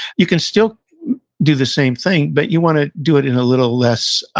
you can still do the same thing, but you want to do it in a little less